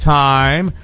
time